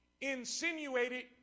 insinuated